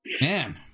Man